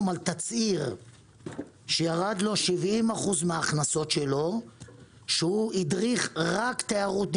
על תצהיר שירדו לו 70% מההכנסות והוא הדריך רק תיירות נכנסת.